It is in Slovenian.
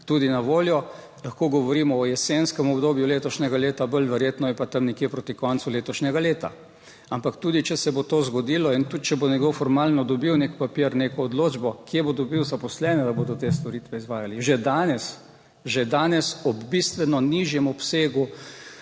tudi na voljo, lahko govorimo o jesenskem obdobju letošnjega leta, bolj verjetno je pa tam nekje proti koncu letošnjega leta. Ampak tudi, če se bo to zgodilo in tudi, če bo nekdo formalno dobil nek papir, neko odločbo, kje bo dobil zaposlene, da bodo te storitve izvajali? Že danes, že danes ob bistveno nižjem obsegu